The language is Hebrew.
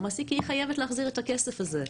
מעסיק כי היא חייבת להחזיר את הכסף הזה,